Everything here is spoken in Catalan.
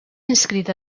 inscrit